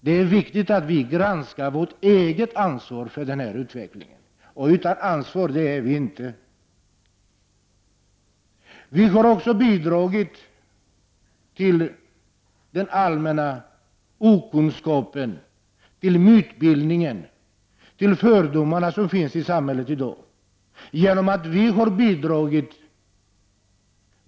Vi är inte fria från ansvar. Vi har också genom dubbelbottnade budskap bidragit till en allmän okunskap, till mytbildningen och till de fördomar som finns i samhället i dag.